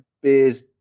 beers